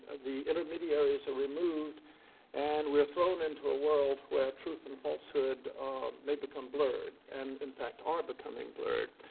the intermediaries are removed and we're thrown into a world where truth and falsehood may become blurred and in fact are becoming blurred.